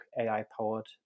AI-Powered